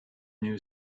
new